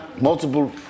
multiple